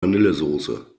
vanillesoße